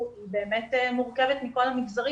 רק בבתי הספר,